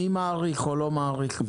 מי מאריך או לא מאריך את החוזה?